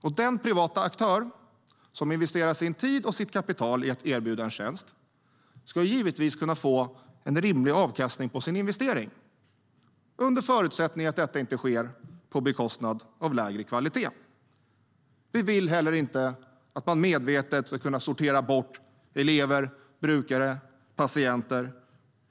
Och den privata aktör som investerar sin tid och sitt kapital i att erbjuda en tjänst ska givetvis kunna få en rimlig avkastning på sin investering, under förutsättning att det inte sker på bekostnad av kvaliteten. Men vi vill inte att man medvetet ska kunna sortera bort elever, brukare, patienter